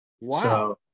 Wow